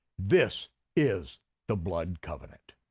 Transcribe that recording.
this is the blood covenant.